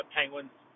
Penguins